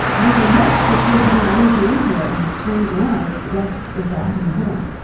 when they miss, you're putting more energy into it and it swings around. it's less exhausting to hit him.